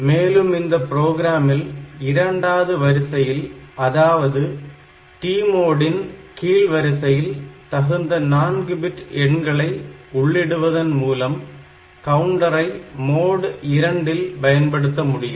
மேலும் இந்த ப்ரோக்ராமில் இரண்டாவது வரிசையில் அதாவது TMOD ன் கீழ் வரிசையில் தகுந்த 4 பிட் எண்களை உள்ளிடுவதன் மூலம் கவுண்டரை மோடு 2 ல் பயன்படுத்த முடியும்